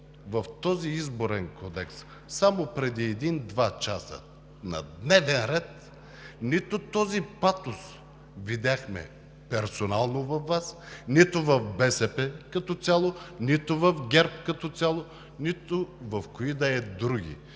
в този Изборен кодекс само преди един-два часа на дневен ред, нито този патос видяхме персонално във Вас, нито в БСП като цяло, нито в ГЕРБ като цяло, нито в кои да е други.